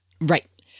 Right